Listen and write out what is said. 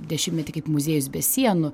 dešimtmetį kaip muziejus be sienų